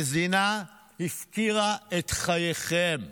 המדינה הפקירה את חייכם.